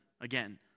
again